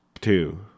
two